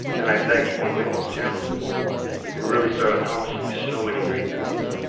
and i bet you can win those challenges and really start accomplishing so many great things.